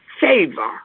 favor